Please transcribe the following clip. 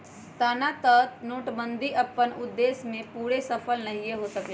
एना तऽ नोटबन्दि अप्पन उद्देश्य में पूरे सूफल नहीए हो सकलै